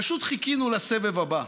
פשוט חיכינו לסבב הבא.